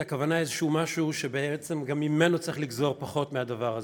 הכוונה שבעצם גם ממנו צריך לגזור פחות מהדבר הזה,